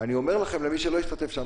אני אומר למי שלא השתתף שם,